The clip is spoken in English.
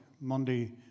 Monday